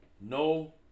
No